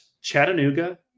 Chattanooga